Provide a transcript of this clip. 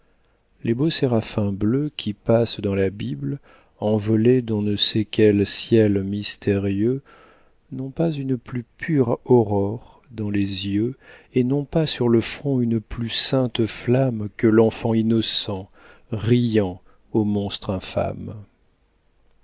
les beaux séraphins bleus qui passent dans la bible envolés d'on ne sait quel ciel mystérieux n'ont pas une plus pure aurore dans les yeux et n'ont pas sur le front une plus sainte flamme que l'enfant innocent riant au monstre